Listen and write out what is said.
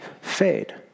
fade